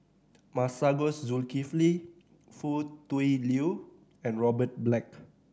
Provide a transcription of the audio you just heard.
Masagos Zulkifli Foo Tui Liew and Robert Black